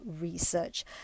research